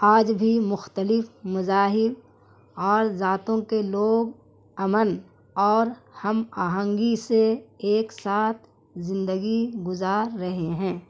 آج بھی مختلف مذاہب اور ذاتوں کے لوگ امن اور ہم آہنگی سے ایک ساتھ زندگی گزار رہے ہیں